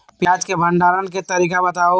प्याज के भंडारण के तरीका बताऊ?